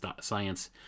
science